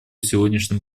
сегодняшнем